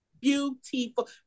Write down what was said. Beautiful